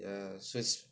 ya so it's